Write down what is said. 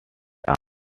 arm